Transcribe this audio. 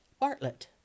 Bartlett